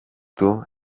του